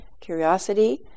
curiosity